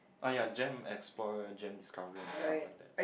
uh ya gem explorer gem discoverer and stuff like that